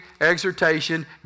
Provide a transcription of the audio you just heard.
exhortation